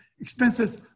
expenses